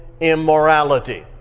immorality